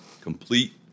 complete